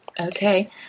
Okay